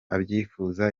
abyifuza